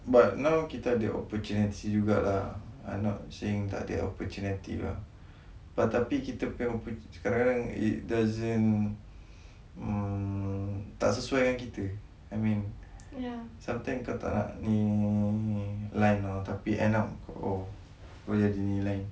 but now kita ada opportunity juga lah I'm not saying takde opportunity lah tapi kita punya kadang-kadang it doesn't mm tak sesuai dengan kita I mean sometimes kau tak nak ni line [tau] tapi end up oh kau jadi ni line